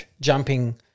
jumping